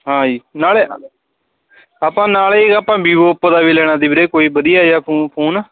ਹਾਂ ਜੀ ਨਾਲੇ ਆਪਾਂ ਨਾਲੇ ਜੀ ਆਪਾਂ ਵੀਵੋ ਔਪੋ ਦਾ ਵੀ ਲੈਣਾ ਤੀ ਵੀਰੇ ਕੋਈ ਵਧੀਆ ਜਿਹਾ ਫੂ ਫੋਨ